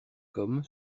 comme